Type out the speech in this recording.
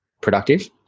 productive